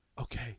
okay